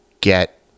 get